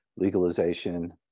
legalization